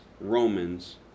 romans